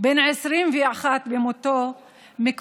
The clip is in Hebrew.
ואז